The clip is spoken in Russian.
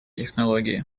технологии